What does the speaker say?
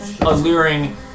alluring